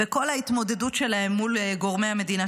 וכל ההתמודדות שלהם מול גורמי המדינה,